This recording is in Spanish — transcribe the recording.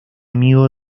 amigo